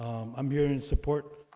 i'm here in support,